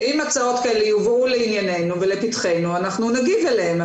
אם הצעות כאלה יובאו לענייננו ולפתחנו אנחנו נגיב עליהן,